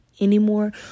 anymore